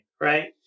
right